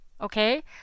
okay